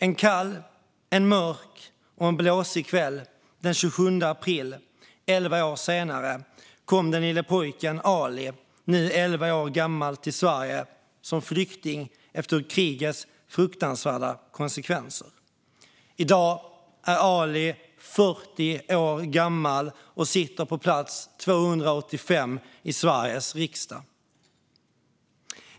En kall, mörk och blåsig kväll den 27 april elva år senare kom den lille pojken Ali, nu 11 år gammal, till Sverige som flykting efter krigets fruktansvärda konsekvenser. I dag är Ali 40 år gammal och sitter på plats 285 i Sveriges riksdag.